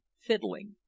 fiddling